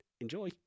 Enjoy